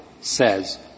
says